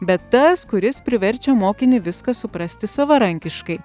bet tas kuris priverčia mokinį viską suprasti savarankiškai